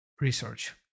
research